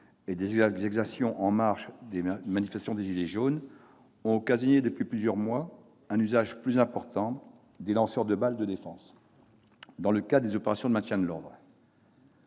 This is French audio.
et des exactions en marge des manifestations des « gilets jaunes » ont occasionné depuis plusieurs mois un usage plus important des lanceurs de balles de défense dans le cadre des opérations de maintien de l'ordre.